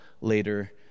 later